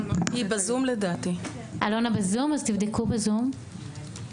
מוריה, בבקשה.